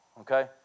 Okay